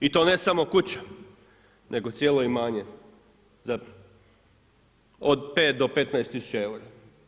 I to ne samo kuća, nego cijelo imanje od 5 do 15 tisuća eura.